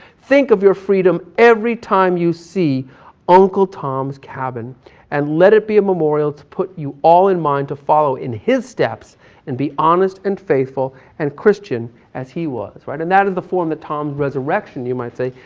think of your freedom every time you see uncle tom's cabin and let it be a memorial to put you all in mind to follow in his steps and be honest and faithful and christian as he was. right? and that is the form that tom resurrection you might say,